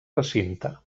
recinte